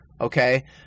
Okay